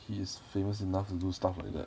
he is famous enough to do stuff like that